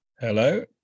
hello